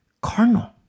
carnal